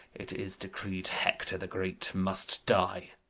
it is decreed hector the great must die.